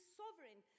sovereign